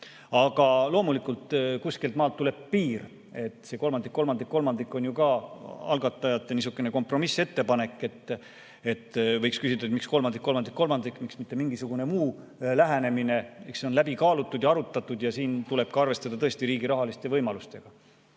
Aga loomulikult, kuskilt maalt tuleb piir ette, see kolmandik-kolmandik-kolmandik on ju ka algatajate kompromissettepanek. Võiks küsida, et miks kolmandik-kolmandik-kolmandik, miks mitte mingisugune muu lähenemine. Eks see on läbi kaalutud ja arutatud ja tuleb arvestada riigi rahalisi võimalusi.